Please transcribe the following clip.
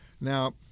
Now